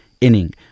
inning